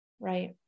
Right